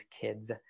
kids